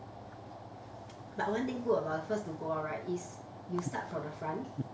but one thing good about the first to go up right is you start from the front